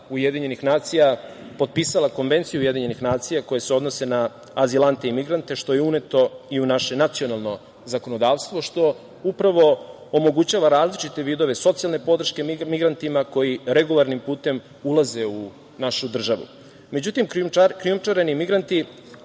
je kao članica UN potpisala Konvenciju UN koje se odnose na azilante i migrante, što je uneto i u naše nacionalno zakonodavstvo, što upravo omogućava različite vidove socijalne podrške migrantima koji regularnim putem ulaze u našu državu.Međutim, krijumčareni migranti